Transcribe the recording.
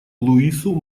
луису